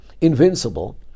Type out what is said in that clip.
invincible